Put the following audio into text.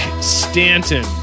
Stanton